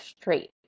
straight